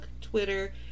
Twitter